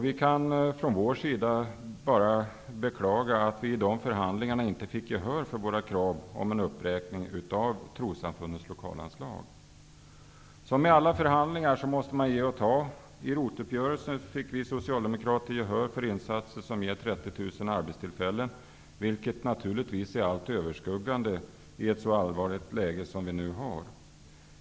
Vi kan bara beklaga att vi i dessa förhandlingar inte fick gehör för våra krav på en uppräkning av trossamfundens lokalanslag. Man måste ge och ta i alla förhandlingar. I ROT uppgörelsen fick vi socialdemokrater gehör för förslag om insatser som ger 30 000 arbetstillfällen, vilket naturligtvis är det allt överskuggande i ett så allvarligt läge som vi nu befinner oss i.